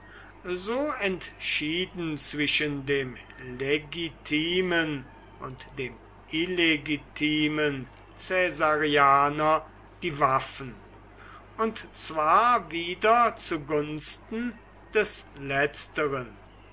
so entschieden zwischen dem legitimen und dem illegitimen caesarianer die waffen und zwar wieder zu gunsten des letzteren